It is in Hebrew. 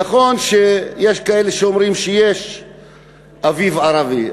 נכון שיש כאלה שאומרים שיש אביב ערבי.